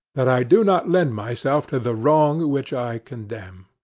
that i do not lend myself to the wrong which i condemn.